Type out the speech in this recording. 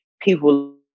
people